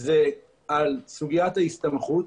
על סוגית ההסתמכות.